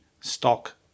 stock